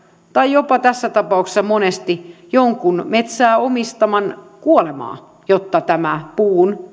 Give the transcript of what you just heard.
tai jopa tässä tapauksessa monesti jonkun metsää omistavan kuolemaa jotta tämä puun